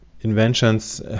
inventions